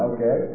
Okay